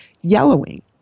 yellowing